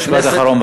משפט אחרון,